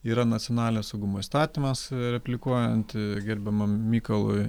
yra nacionalinio saugumo įstatymas replikuojant gerbiamam mykolui